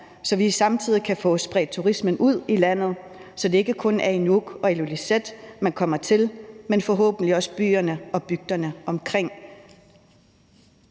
så vi samtidig kan få spredt turismen ud i landet, så det ikke kun er i Nuuk og Ilulissat, man kommer til, men forhåbentlig også byerne og bygderne omkring.